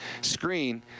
screen